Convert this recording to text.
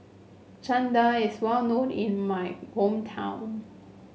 Chana Dal is well known in my hometown